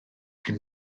cyn